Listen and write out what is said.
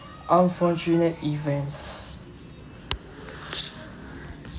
unfortunate events